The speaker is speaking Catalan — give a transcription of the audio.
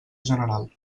general